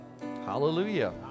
Hallelujah